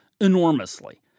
enormously